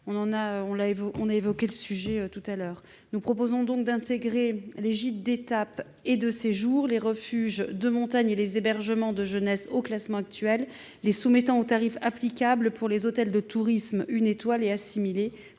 avons évoqué le sujet précédemment. Nous proposons d'intégrer les gîtes d'étapes et de séjour, les refuges de montagne et les hébergements de jeunes au classement actuel, les soumettant au tarif applicable pour les hôtels de tourisme une étoile et assimilés,